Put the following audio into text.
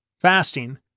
Fasting